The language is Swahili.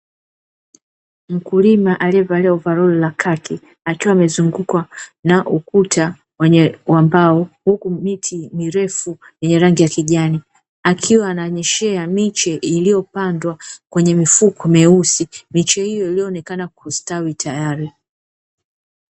Mkulima aliyevalia ovaroli la kaki akiwa amezungukwa na ukuta wa mbao huku miti mirefu yenye rangi ya kijani, akiwa ananyeeshea miche iliyopandwa kwenye mifuko meusi miche hiyo iliyoonekana kustawi tayari.